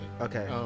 Okay